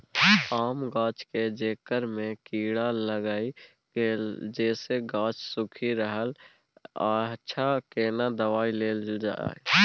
आम गाछ के जेकर में कीरा लाईग गेल जेसे गाछ सुइख रहल अएछ केना दवाई देल जाए?